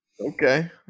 Okay